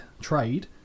trade